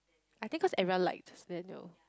I think cause everyone like